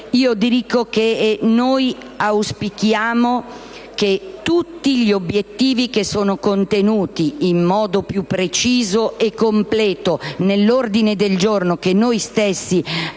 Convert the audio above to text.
A tal fine auspichiamo che tutti gli obiettivi contenuti in modo preciso e completo nell'ordine del giorno che noi stessi